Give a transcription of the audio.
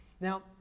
Now